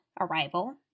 arrival